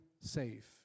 safe